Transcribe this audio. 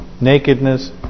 nakedness